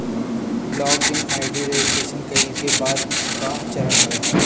log in ID registration कईला के बाद कअ चरण हवे